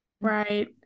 Right